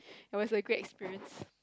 it was a great experience